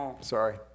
Sorry